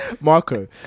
marco